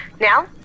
Now